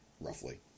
Roughly